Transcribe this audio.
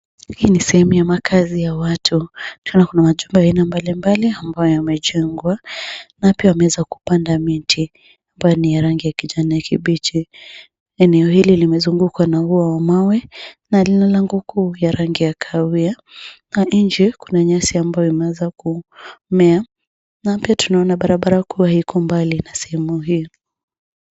Hii ni sehemu ya makazi ya Watu kuna watu wengi mbalimbali ambayo yamejengwa na pia yameweza kupanda miti ambayo ni ya rangi ya kijani kibichi. Eneo hili linusungukwa na ya wa Mawe na lina lango kuu la rangi ya kahawia na nje kuna nyazi ambayo imeweza kumea na pia tunaona barabara likiwa liko mbali na sehemu hiyo.